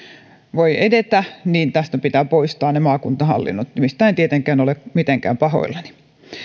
voi edetä tästä pitää poistaa maakuntahallinnot mistä en tietenkään ole mitenkään pahoillani